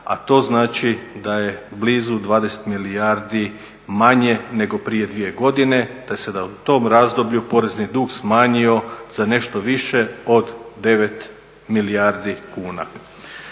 a to znači da je blizu 20 milijardi manje nego prije 2 godine da se u tom razdoblju porezni dug smanjio za nešto više od 9 milijardi kuna.